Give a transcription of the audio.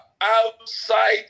outside